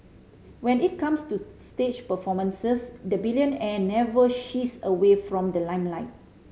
when it comes to stage performances the billionaire never shies away from the limelight